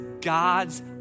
God's